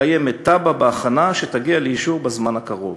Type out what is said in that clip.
קיימת תב"ע בהכנה, שתגיע לאישור בזמן הקרוב.